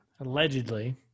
allegedly